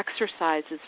exercises